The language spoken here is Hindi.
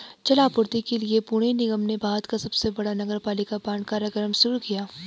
जल आपूर्ति के लिए पुणे निगम ने भारत का सबसे बड़ा नगरपालिका बांड कार्यक्रम शुरू किया